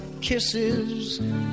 kisses